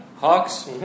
Hawks